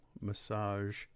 massage